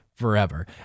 forever